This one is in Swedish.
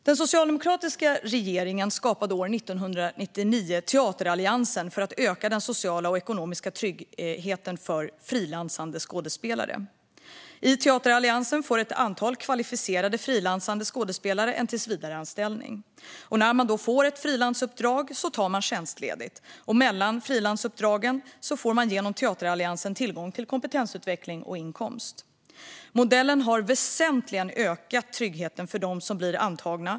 Den socialdemokratiska regeringen skapade 1999 Teateralliansen för att öka den sociala och ekonomiska tryggheten för frilansande skådespelare. I Teateralliansen får ett antal kvalificerade frilansande skådespelare en tillsvidareanställning. När man får ett frilansuppdrag tar man tjänstledigt, och mellan frilansuppdragen får man genom Teateralliansen tillgång till kompetensutveckling och inkomst. Modellen har väsentligt ökat tryggheten för dem som blir antagna.